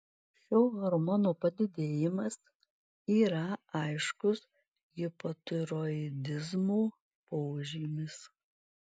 šio hormono padidėjimas yra aiškus hipotiroidizmo požymis